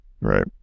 Right